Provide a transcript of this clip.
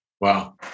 Wow